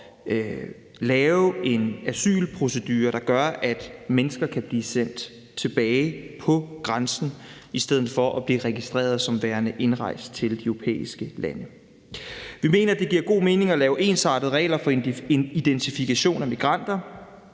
at lave en asylprocedure, der gør, at mennesker kan blive sendt tilbage på grænsen i stedet for at blive registreret som værende indrejst til de europæiske lande. Vi mener, det giver god mening at lave ensartede regler for identifikation af migranter,